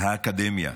האקדמיה,